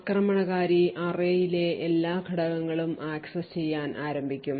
ആക്രമണകാരി array യിലെ എല്ലാ ഘടകങ്ങളും ആക്സസ് ചെയ്യാൻ ആരംഭിക്കും